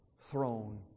throne